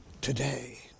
today